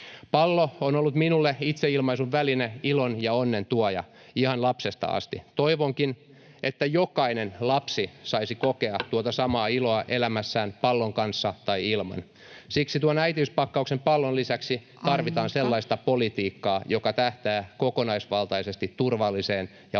Pallo on ollut minulle itseilmaisun väline, ilon ja onnen tuoja ihan lapsesta asti. Toivonkin, että jokainen lapsi saisi kokea tuota samaa iloa elämässään pallon kanssa tai ilman. Siksi tuon äitiyspakkauksen pallon lisäksi tarvitaan sellaista politiikkaa, [Puhemies: Aika!] joka tähtää kokonaisvaltaisesti turvalliseen ja